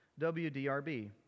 WDRB